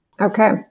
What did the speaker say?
Okay